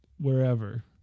wherever